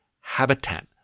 habitat